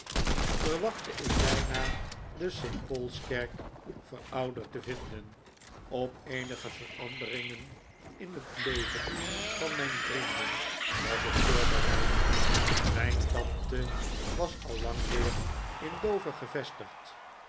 verwachtte ik bijna de st paulskerk verouderd te vinden op eenige veranderingen in het leven van mijn vrienden was ik voorbereid mijn tante was al lang weer in dover gevestigd